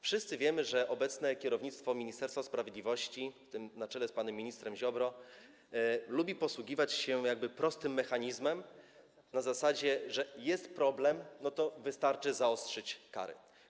Wszyscy wiemy, że obecne kierownictwo Ministerstwa Sprawiedliwości, na czele z panem ministrem Ziobrą, lubi posługiwać się jakby prostym mechanizmem na zasadzie, że jest problem, to wystarczy zaostrzyć kary.